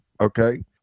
okay